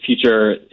future